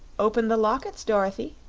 open the lockets, dorothy,